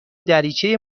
دریچه